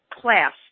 class